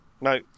No